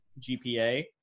GPA